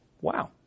Wow